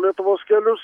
lietuvos kelius